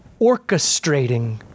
orchestrating